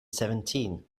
seventeen